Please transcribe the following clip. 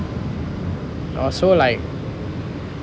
orh so like